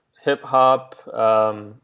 hip-hop